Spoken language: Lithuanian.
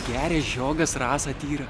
keri žiogas rasa tyrą